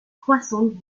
croissante